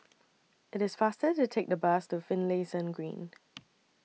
IT IS faster to Take The Bus to Finlayson Green